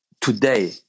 today